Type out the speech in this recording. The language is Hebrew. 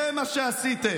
זה מה שעשיתם.